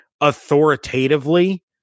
authoritatively